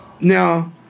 Now